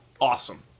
awesome